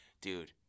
Dude